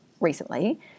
recently